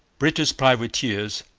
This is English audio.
british privateers.